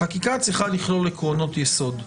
החקיקה צריכה לכלול עקרונות יסוד.